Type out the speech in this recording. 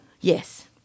Yes